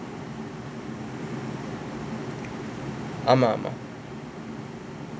ஆமா ஆமா:aamaa aamaa